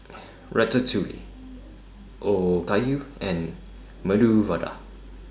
Ratatouille Okayu and Medu Vada